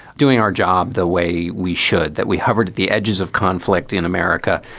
doing our job the way we should, that we hovered at the edges of conflict in america.